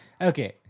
Okay